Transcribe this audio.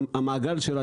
שהמעגל שלה,